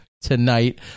tonight